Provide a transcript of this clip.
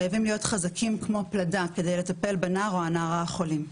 חייבים להיות חזקים כמו פלדה כדי לטפל בנער או הנערה החולים.